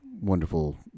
wonderful